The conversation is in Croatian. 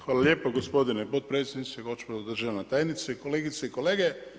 Hvala lijepo gospodine potpredsjedniče, gospođo državna tajnice, kolegice i kolege.